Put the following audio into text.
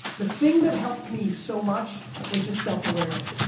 the thing that helped me so much was just self-awareness.